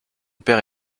père